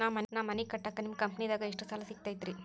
ನಾ ಮನಿ ಕಟ್ಟಾಕ ನಿಮ್ಮ ಕಂಪನಿದಾಗ ಎಷ್ಟ ಸಾಲ ಸಿಗತೈತ್ರಿ?